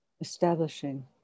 establishing